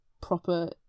proper